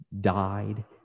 died